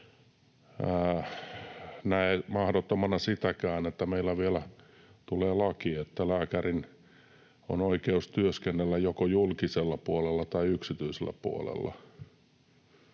näe mahdottomana sitäkään, että meillä vielä tulee laki, että lääkärin on oikeus työskennellä joko julkisella puolella tai yksityisellä puolella,